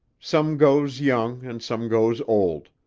some goes young and some goes old.